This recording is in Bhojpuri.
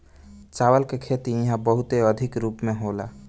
चावल के खेती इहा बहुते अधिका रूप में होला